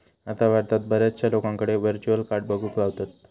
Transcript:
आता भारतात बऱ्याचशा लोकांकडे व्हर्चुअल कार्ड बघुक गावतत